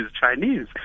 Chinese